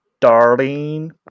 Darlene